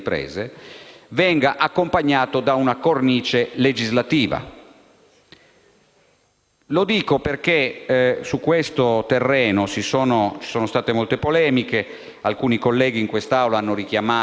venga accompagnato da una cornice legislativa. Lo dico perché su questo terreno ci sono state molte polemiche e alcuni colleghi in quest'Aula hanno richiamato